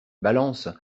balance